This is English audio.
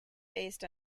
based